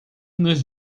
nos